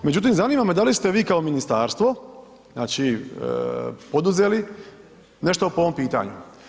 Međutim, zanima me da li ste vi kao ministarstvo, znači poduzeli nešto po ovom pitanju?